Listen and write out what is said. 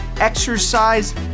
exercise